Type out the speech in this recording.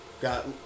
Got